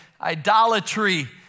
idolatry